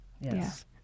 Yes